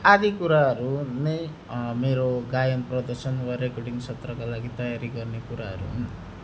आदि कुराहरू नै मेरो गायन प्रदर्शन वा रेकर्डिङ सत्रका लागि तयारी गर्ने कुराहरू हुन्